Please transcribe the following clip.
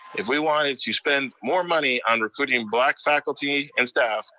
if we wanted to spend more money on recruiting black faculty and staff,